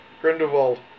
Grindelwald